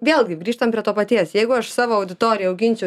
vėlgi grįžtam prie to paties jeigu aš savo auditoriją auginsiu